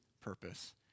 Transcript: purpose